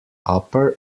upper